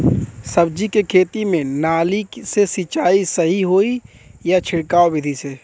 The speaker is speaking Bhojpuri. सब्जी के खेती में नाली से सिचाई सही होई या छिड़काव बिधि से?